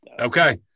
Okay